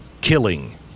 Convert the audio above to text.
killing